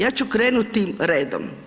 Ja ću krenuti redom.